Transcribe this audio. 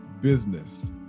business